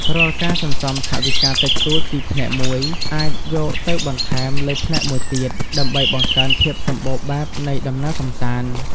រាល់ការសន្សំថវិកាតិចតួចពីផ្នែកមួយ អាចយកទៅបន្ថែមលើផ្នែកមួយទៀតដើម្បីបង្កើនភាពសំបូរបែបនៃដំណើរកម្សាន្ត។